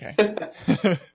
Okay